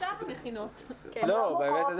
לא מוכרות בחוק,